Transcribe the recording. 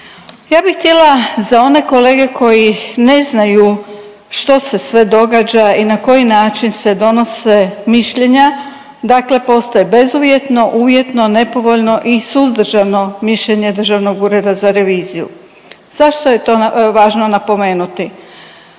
Ja bih htjela za one kolege koji ne znaju što se sve događa i na koji način se donose mišljenja, dakle postoje bezuvjetno, uvjetno, nepovoljno i suzdržano mišljenje Državnog ureda za reviziju. Zašto je to važno napomenuti?